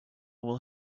will